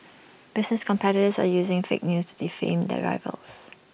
business competitors are using fake news to defame their rivals